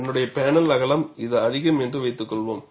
என்னுடடைய panel அகலம் இது அதிகம் என்று வைத்துக்கொள்வோம்